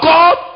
God